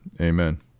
Amen